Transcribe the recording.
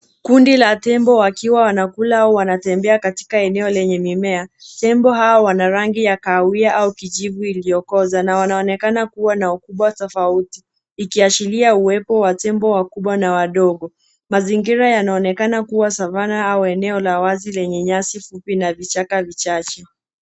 Kundi la tembo wakiwa wanakula au wanatembea katika eneo lenye mimea. Tembo hawa wana rangi ya kahawia au kijivu iliyokoza na wanaonekana kuwa na ukubwa tofauti, ikiashiria uepo wa tembo wakubwa na wadogo. Mazingira yanaonekana kuwa (cs) savannah (cs) au eneo la wazi lenye nyasi fupi na vichaka vichache.